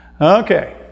Okay